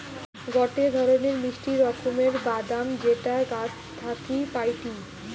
গটে ধরণের মিষ্টি রকমের বাদাম যেটা গাছ থাকি পাইটি